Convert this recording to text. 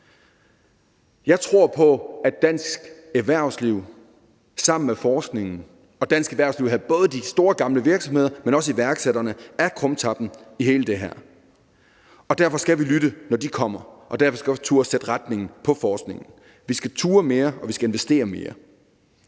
også om skat for dansk erhvervsliv. Jeg tror på, at dansk erhvervsliv, både store gamle virksomheder, men også iværksætterne, sammen med forskningen er krumtappen i hele det her, og derfor skal vi lytte, når de kommer, og derfor skal vi også turde at sætte retningen på forskningen. Vi skal turde mere, og vi skal investere mere.